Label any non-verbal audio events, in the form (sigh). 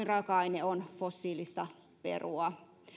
(unintelligible) raaka aine on fossiilista perua